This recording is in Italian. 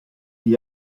gli